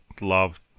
love